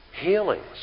healings